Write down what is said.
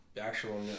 actual